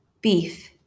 Beef